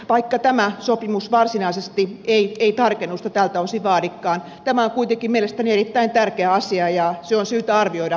vaikka tämä sopimus varsinaisesti ei tarkennusta tältä osin vaadikaan tämä on kuitenkin mielestäni erittäin tärkeä asia ja se on syytä arvioida tulevaisuudessa